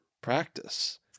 practice